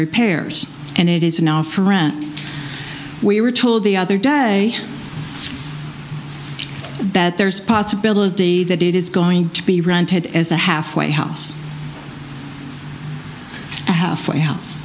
repairs and it is now for rent we were told the other day that there's a possibility that it is going to be rented as a halfway house a halfway house